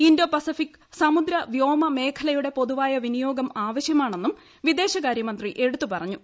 Indo Pacific സമുദ്ര വ്യോമ മേഖലയുടെ പൊതുവായ വിനിയോഗം ആവശ്യമാണെന്നും വിദേശകാര്യമന്ത്രി എടുത്തുപറഞ്ഞു